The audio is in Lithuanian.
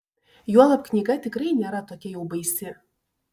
juolab knyga tikrai nėra tokia jau baisi